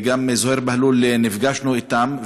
זוהיר בהלול נפגשנו אתם,